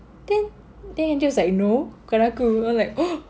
then then andrew was like no bukan aku and I'm like oh